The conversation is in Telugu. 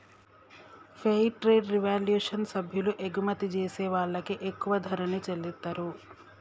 ఫెయిర్ ట్రేడ్ రెవల్యుషన్ సభ్యులు ఎగుమతి జేసే వాళ్ళకి ఎక్కువ ధరల్ని చెల్లిత్తారు